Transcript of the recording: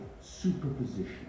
superposition